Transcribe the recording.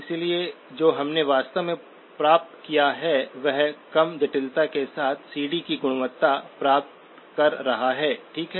इसलिए जो हमने वास्तव में प्राप्त किया है वह कम जटिलता के साथ सीडी की गुणवत्ता प्राप्त कर रहा है ठीक है